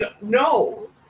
No